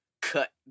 cut